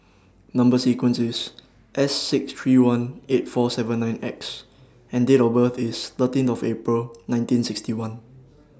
Number sequence IS S six three one eight four seven nine X and Date of birth IS thirteen of April nineteen sixty one